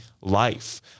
life